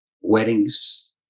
weddings